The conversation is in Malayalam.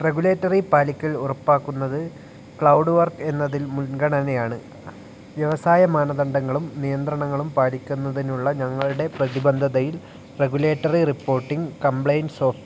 റെഗുലേറ്ററി പാലിക്കൽ ഉറപ്പാക്കുന്നത് ക്ലൗഡ് വർക്സ് എന്നതിൽ മുൻഗണനയാണ് വ്യവസായ മാനദണ്ഡങ്ങളും നിയന്ത്രണങ്ങളും പാലിക്കുന്നതിനുള്ള ഞങ്ങളുടെ പ്രതിബദ്ധതയിൽ റെഗുലേറ്ററി റിപ്പോർട്ടിംഗ് കംപ്ലയൻസ് സോഫ്റ്റ്